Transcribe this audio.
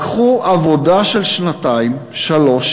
לקחו עבודה של שנתיים-שלוש,